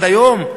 עד היום,